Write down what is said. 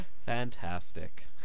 Fantastic